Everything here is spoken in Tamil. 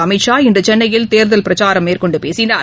அமித்ஷா இன்றுசென்னையில் தேர்தல் பிரச்சாரம் மேற்கொண்டுபேசினார்